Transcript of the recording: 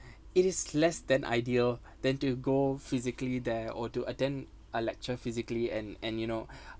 it is less than ideal than to go physically there or to attend a lecture physically and and you know